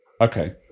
Okay